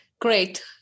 great